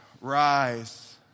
rise